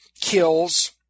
kills